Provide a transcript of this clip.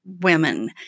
women